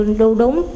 đúng